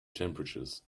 temperatures